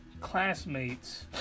classmates